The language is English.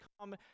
come